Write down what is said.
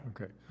Okay